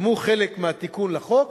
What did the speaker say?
גם הוא חלק מהתיקון לחוק.